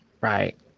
right